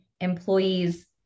employees